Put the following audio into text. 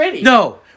No